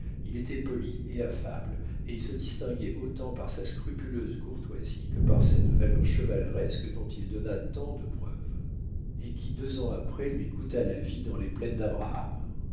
il était poli et affable et il se distinguait autant par sa scrupuleuse courtoisie que par cette valeur chevaleresque dont il donna tant de preuves et qui deux ans après lui coûta la vie dans les plaines d'abraham